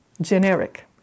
generic